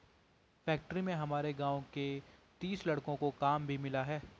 factory में हमारे गांव के तीस लड़कों को काम भी मिला है